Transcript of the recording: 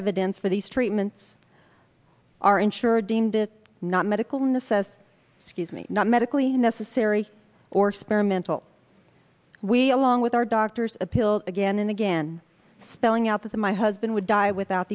evidence for these treatments are insured deemed it not medical necessity scuse me not medically necessary or spare a mental we along with our doctors appeal again and again spelling out that my husband would die without